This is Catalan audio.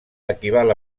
equival